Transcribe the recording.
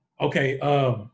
Okay